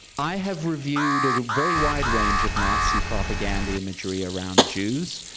i have reviewed a very wide range of nazi propaganda imagery around jews,